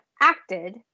acted